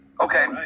Okay